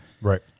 Right